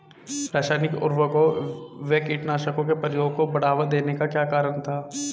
रासायनिक उर्वरकों व कीटनाशकों के प्रयोग को बढ़ावा देने का क्या कारण था?